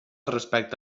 respecte